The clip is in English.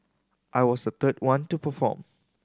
I was the third one to perform